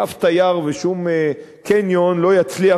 כי אף תייר לא יבוא ושום קניון לא יצליח